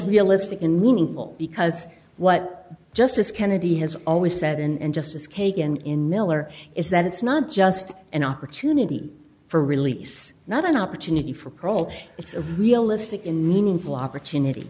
realistic in meaningful because what justice kennedy has always said and justice kagan in miller is that it's not just an opportunity for release not an opportunity for parole it's a realistic and meaningful opportunity